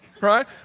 right